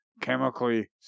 chemically